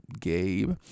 Gabe